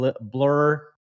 Blur